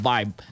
Vibe